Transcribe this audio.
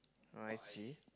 oh I see